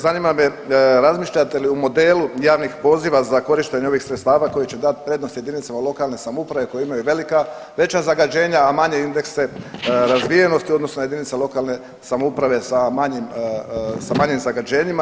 Zanima me razmišljate li o modelu javnih poziva za korištenje ovih sredstava koji će dati prednost jedinicama lokalne samouprave koje imaju veća zagađenja, a manje indekse razvijenosti odnosno jedinice lokalne samouprave sa manjim zagađenjima?